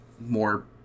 more